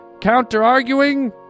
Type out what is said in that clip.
counter-arguing